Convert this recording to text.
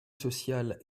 sociale